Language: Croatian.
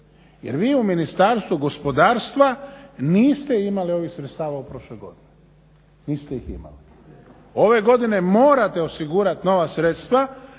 jer vi u Ministarstvu gospodarstva niste imali ovih sredstava u prošloj godini, niste ih imali. Ove godine morate osigurati nova sredstva